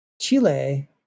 Chile